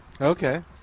Okay